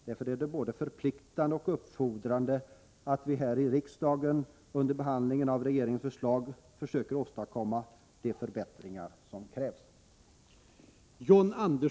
Därför är det både förpliktande och uppfordrande att vi här i riksdagen under behandlingen av regeringens förslag försöker åstadkomma de förbättringar som krävs.